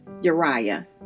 Uriah